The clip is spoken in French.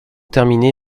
terminé